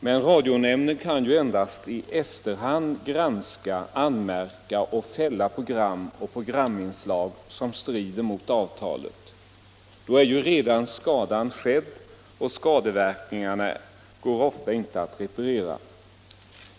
Men radionämnden kan ju endast i efterhand granska, anmärka på och fälla program och programinslag som strider mot avtalet. Då är ju redan skadan skedd, och skadeverkningarna går oftast inte att reparera.